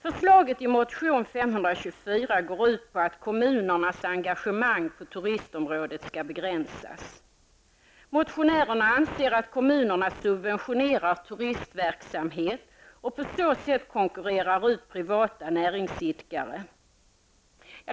Förslaget i motion 524 går ut på att kommunernas engagemang på turistområdet skall begränsas. Motionärerna anser att kommunerna subventionerar turistverksamhet och på så sätt konkurrerar ut privata näringsidkare.